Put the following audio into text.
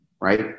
right